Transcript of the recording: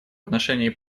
отношении